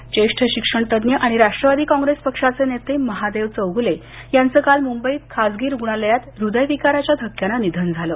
निधन ज्येष्ठ शिक्षणतज्ञ आणि राष्ट्रवादी कॉंग्रेस पक्षाचे नेते महादेव चौघ्ले यांचं काल मुंबईत खासगी रूग्णालयात हृदयविकाराच्या धक्क्यानं निधन झालं